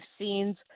scenes